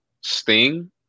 Sting